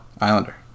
Islander